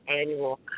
annual